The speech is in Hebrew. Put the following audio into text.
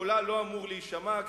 קולה לא אמור להישמע,